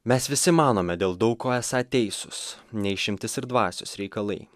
mes visi manome dėl daug ko esą teisūs ne išimtis ir dvasios reikalai